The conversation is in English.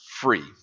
free